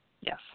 Yes